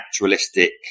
naturalistic